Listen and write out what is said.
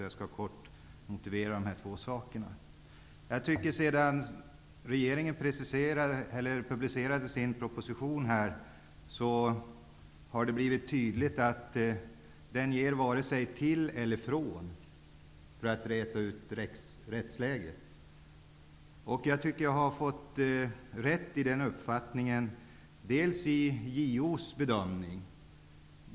Jag skall kort motivera dessa två frågor. Sedan regeringen publicerade sin proposition tycker jag att det har blivit tydligt att den gör vare sig till eller från för att räta ut rättsläget. Jag tycker jag har fått rätt i den uppfattningen i JO:s bedömning.